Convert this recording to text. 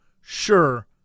sure